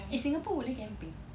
eh singapore boleh camping